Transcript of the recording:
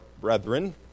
brethren